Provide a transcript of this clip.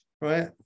right